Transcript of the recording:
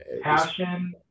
Passion